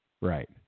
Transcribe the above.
right